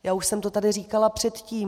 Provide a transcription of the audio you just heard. Já už jsem to tady říkala předtím.